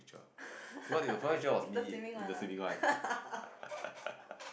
it's the swimming one ah